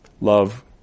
love